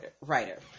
writer